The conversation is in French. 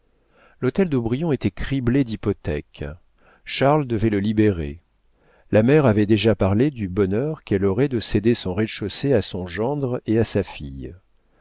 l'hôtel d'aubrion était criblé d'hypothèques charles devait le libérer la mère avait déjà parlé du bonheur qu'elle aurait de céder son rez-de-chaussée à son gendre et à sa fille